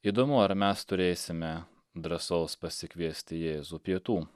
įdomu ar mes turėsime drąsos pasikviesti jėzų pietų